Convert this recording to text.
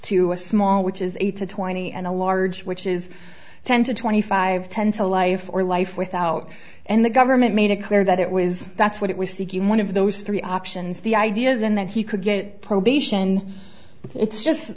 to a small which is eight to twenty and a large which is ten to twenty five ten to life or life without and the government made it clear that it was that's what it was to give one of those three options the idea then that he could get probation it's just